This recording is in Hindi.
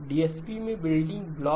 डीएसपी में बिल्डिंग ब्लॉक